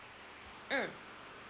mm